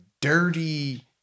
dirty